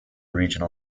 regional